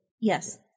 Yes